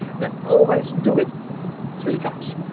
then always do it three times.